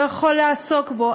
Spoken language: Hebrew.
לא יכול לעסוק בו.